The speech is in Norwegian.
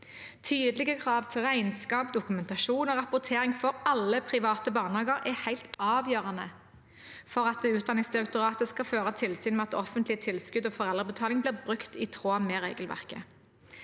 Tydelige krav til regnskap, dokumentasjon og rapportering for alle private barnehager er helt avgjørende for at Utdanningsdirektoratet skal føre tilsyn med at offentlige tilskudd og foreldrebetaling blir brukt i tråd med regelverket.